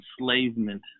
enslavement